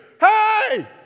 Hey